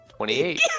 28